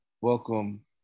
welcome